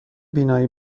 بینایی